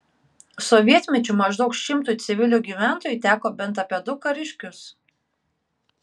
sovietmečiu maždaug šimtui civilių gyventojų teko bent apie du kariškius